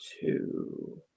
two